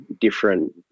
different